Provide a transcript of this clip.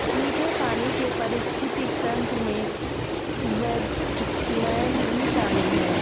मीठे पानी के पारिस्थितिक तंत्र में वेट्लैन्ड भी शामिल है